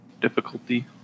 difficulty